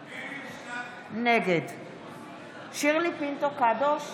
אינו משתתף בהצבעה שירלי פינטו קדוש,